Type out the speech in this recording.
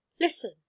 listen